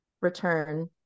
return